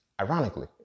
Ironically